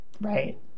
Right